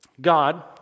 God